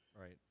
right